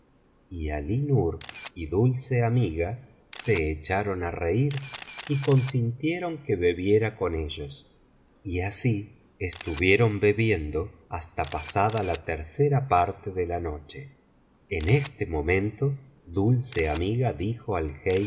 y alí nur y dulce amiga se echaron á reír y consintieron que bebiera con ellos y asi estuvieron bebiendo hasta pasada la tercera parte de la noche en este momento dulce amiga dijo al